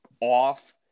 off